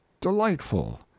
delightful